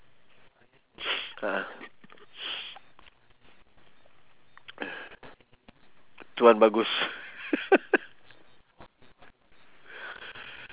a'ah tuan bagus